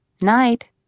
Night